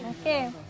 Okay